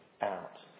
out